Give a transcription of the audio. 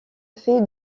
fait